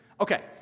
Okay